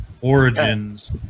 Origins